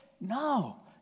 No